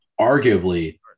arguably